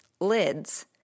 Lids